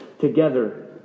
together